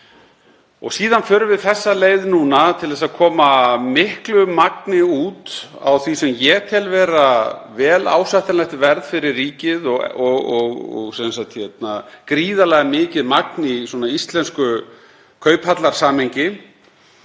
Síðan förum við þessa leið núna til að koma miklu magni út á því sem ég tel vera vel ásættanlegt verð fyrir ríkið. Þetta er gríðarlega mikið magn í íslensku kauphallarsamhengi